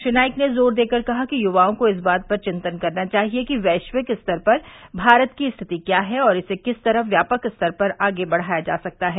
श्री नाईक ने जोर देकर कहा कि युवाओं को इस बात पर चिंतन करना चाहिए कि वैश्विक स्तर पर भारत की स्थिति क्या है और इसे किस तरह व्यापक स्तर पर आगे बढ़ाया जा सकता है